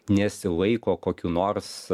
nesilaiko kokių nors